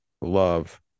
Love